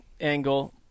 angle